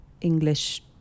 english